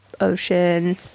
ocean